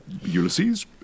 Ulysses